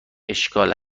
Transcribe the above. اشکال